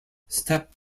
step